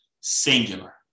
singular